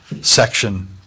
section